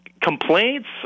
complaints